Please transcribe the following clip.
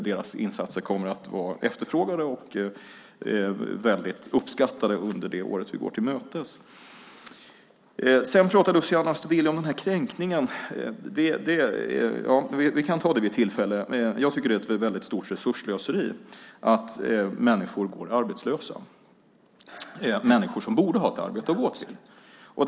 Deras insatser kommer att vara efterfrågade och väldigt uppskattade under det år vi nu går till mötes. Luciano Astudillos tal om kränkning kan vi vid tillfälle ta upp. Jag tycker att det är ett väldigt stort resursslöseri att människor som borde ha ett arbete att gå till går arbetslösa.